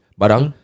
barang